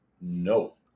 No